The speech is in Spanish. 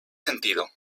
sentido